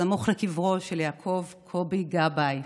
סמוך לקברו של יעקב קובי גבאי.